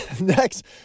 Next